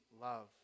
love